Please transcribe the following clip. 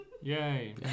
Yay